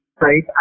right